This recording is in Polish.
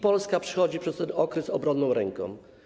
Polska przechodzi przez ten okres obronną ręką.